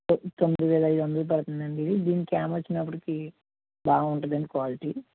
ఇది తొమ్మిది వేల ఐదు వందలు పడుతుందండి ఇది దీని క్యాం వచ్చినప్పటికి బాగుంటుందండి క్వాలిటీ